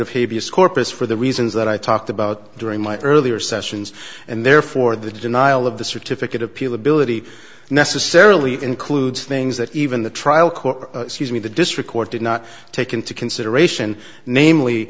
habeas corpus for the reasons that i talked about during my earlier sessions and therefore the denial of the certificate appeal ability necessarily includes things that even the trial court me the district court did not take into consideration namely